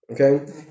okay